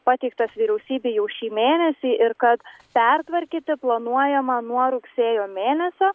pateiktas vyriausybei jau šį mėnesį ir kad pertvarkyti planuojama nuo rugsėjo mėnesio